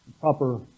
proper